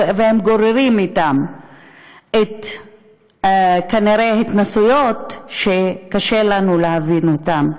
והם גוררים אתם כנראה התנסויות שקשה לנו להבין אותם.